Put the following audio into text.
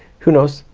who knows.